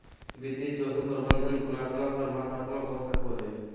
वित्तीय जोखिम प्रबंधन गुणात्मक आर मात्रात्मक हो सको हय